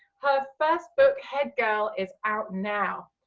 her first book head girl is out now.